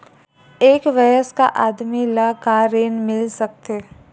एक वयस्क आदमी ल का ऋण मिल सकथे?